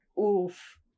oof